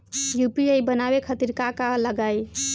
UPI बनावे खातिर का का लगाई?